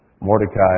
Mordecai